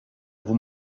vous